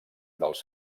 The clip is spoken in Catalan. dels